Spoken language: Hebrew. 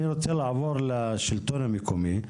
אני רוצה לעבור לשלטון המקומי.